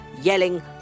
yelling